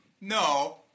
No